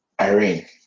Irene